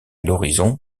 l’horizon